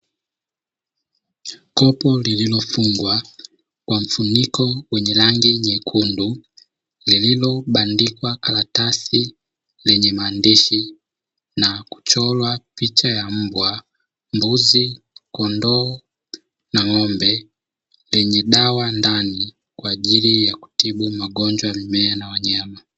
Kopo lililofungwa kwa mfuniko wenye rangi nyekundu, lililobandikwa karatasi lenye maandishi na kuchorwa picha ya mbwa, mbuzi, kondoo na ng'ombe; lenye dawa ndani kwa ajili ya kutibu magonjwa ya mimea na wanyama.